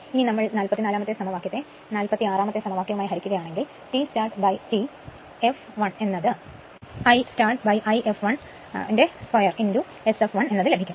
ഇനി നമ്മൾ 44 ആമത്തെ സമവാക്യത്തെ 46 ആമത്തെ സമവാക്യവുമായി ഹരികുക ആണെങ്കിൽ T start Tfl IstartIfl2 Sfl എന്ന് ലഭിക്കും